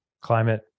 climate